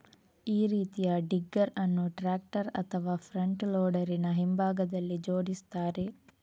ಈ ರೀತಿಯ ಡಿಗ್ಗರ್ ಅನ್ನು ಟ್ರಾಕ್ಟರ್ ಅಥವಾ ಫ್ರಂಟ್ ಲೋಡರಿನ ಹಿಂಭಾಗದಲ್ಲಿ ಜೋಡಿಸ್ತಾರೆ